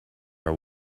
are